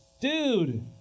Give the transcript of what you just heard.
Dude